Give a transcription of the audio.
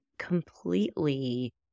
Completely